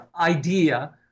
idea